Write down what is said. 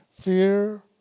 fear